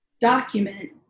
document